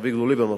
אביגדור ליברמן,